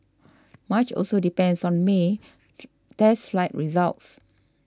much also depends on May test flight results